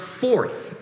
fourth